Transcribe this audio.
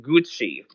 Gucci